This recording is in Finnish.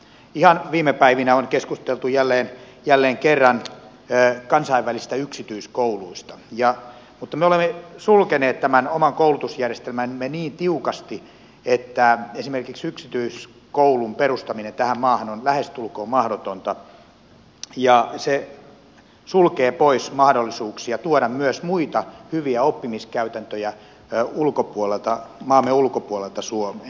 ihan viime päivinä on keskusteltu jälleen kerran kansainvälisistä yksityiskouluista mutta me olemme sulkeneet tämän oman koulutusjärjestelmämme niin tiukasti että esimerkiksi yksityiskoulun perustaminen tähän maahan on lähestulkoon mahdotonta ja se sulkee pois mahdollisuuksia tuoda myös muita hyviä oppimiskäytäntöjä maamme ulkopuolelta suomeen